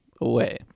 away